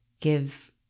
give